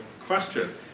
question